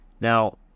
Now